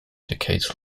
decades